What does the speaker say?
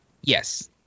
Yes